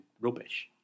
rubbish